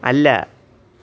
അല്ല